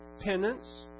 penance